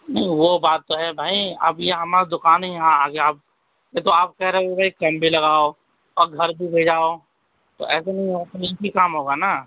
نہیں وہ بات تو ہے بھائی اب یہ ہمارا دکان ہی یہاں آ گیا ہے اب نہیں تو آپ کہہ رہے ہو کہ بھائی کم بھی لگاؤ اور گھر بھی بھیجاؤ تو ایسے میں صرف ایک ہی کام ہوگا نا